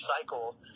cycle